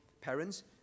parents